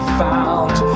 found